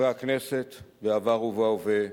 חברי הכנסת בעבר ובהווה,